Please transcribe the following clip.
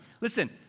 Listen